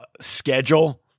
schedule